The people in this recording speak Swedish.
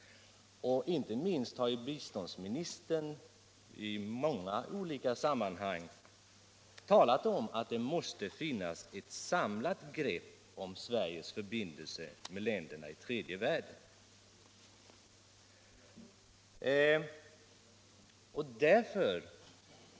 Inte minst biståndsministern har ju i många olika sammanhang talat om att det måste finnas ett samlat grepp om Sveriges förbindelser med länderna i tredje världen.